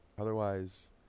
Otherwise